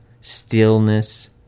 stillness